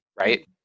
right